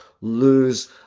lose